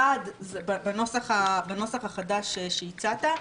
1. בנוסח החדש שהצעת,